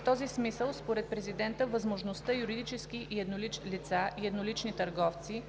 В този смисъл според президента възможността юридически лица и еднолични търговци